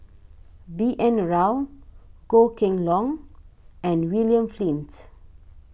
B N Rao Goh Kheng Long and William Flints